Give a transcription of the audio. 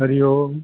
Hari Om